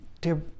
Dear